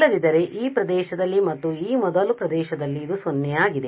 ಇಲ್ಲದಿದ್ದರೆ ಈ ಪ್ರದೇಶದಲ್ಲಿ ಮತ್ತು ಈ ಮೊದಲು ಪ್ರದೇಶದಲ್ಲಿ ಇದು 0 ಆಗಿದೆ